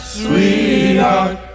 sweetheart